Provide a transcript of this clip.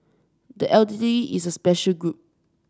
the elderly is a special group